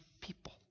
people